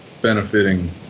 benefiting